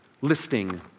listing